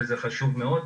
וזה חשוב מאוד.